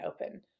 open